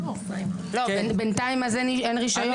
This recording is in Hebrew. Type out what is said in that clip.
לא, בינתיים אז אין רישיון.